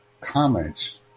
comments